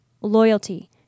loyalty